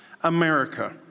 America